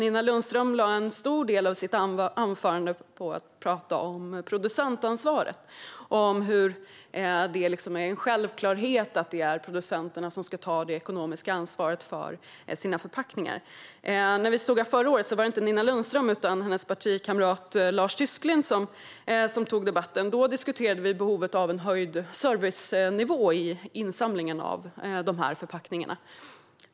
Nina Lundström använde en stor del av sitt anförande till att tala om producentansvaret och om hur det är en självklarhet att producenterna ska ta det ekonomiska ansvaret för sina förpackningar. Förra året var det inte Nina Lundström utan hennes partikamrat Lars Tysklind som tog debatten. Då diskuterade vi behovet av en höjd servicenivå i insamlingen av förpackningarna.